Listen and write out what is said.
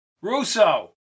Russo